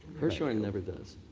hirshhorn never does.